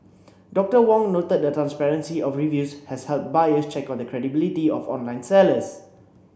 Doctor Wong noted the transparency of reviews has helped buyers check on the credibility of online sellers